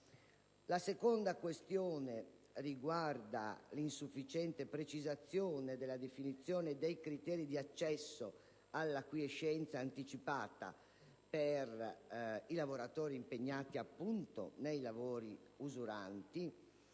La seconda questione riguarda l'insufficiente precisazione della definizione dei criteri di accesso alla quiescenza anticipata per i lavoratori impegnati nei lavori usuranti